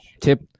tip